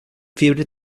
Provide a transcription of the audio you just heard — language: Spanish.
fiebre